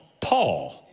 Paul